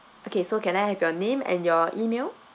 okay so can I have your name and your email